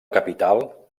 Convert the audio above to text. capital